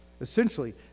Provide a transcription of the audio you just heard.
Essentially